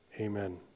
amen